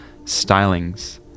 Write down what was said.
stylings